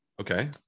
Okay